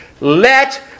Let